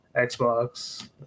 xbox